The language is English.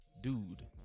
dude